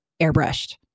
airbrushed